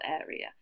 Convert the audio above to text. area